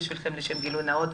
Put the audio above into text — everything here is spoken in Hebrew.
גילוי נאות,